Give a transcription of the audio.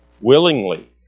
willingly